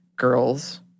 girls